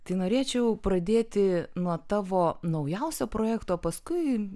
tai norėčiau pradėti nuo tavo naujausio projekto paskui